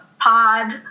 pod